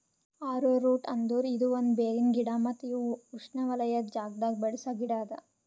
arrowroot ಅಂದುರ್ ಇದು ಒಂದ್ ಬೇರಿನ ಗಿಡ ಮತ್ತ ಇವು ಉಷ್ಣೆವಲಯದ್ ಜಾಗದಾಗ್ ಬೆಳಸ ಗಿಡ ಅದಾ